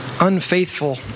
unfaithful